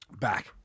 back